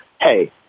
hey